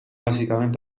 bàsicament